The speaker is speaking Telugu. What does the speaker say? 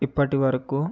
ఇప్పటి వరకు